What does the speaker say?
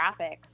graphics